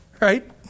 Right